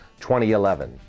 2011